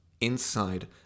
inside